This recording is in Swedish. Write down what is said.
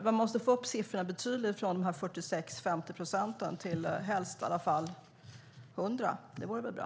Man måste få upp siffrorna betydligt från de 46 eller 50 procenten till helst 100 - det vore väl bra.